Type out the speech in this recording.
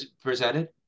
presented